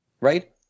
right